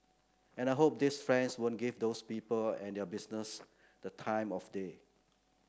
and I hope these friends won't give those people and their business the time of day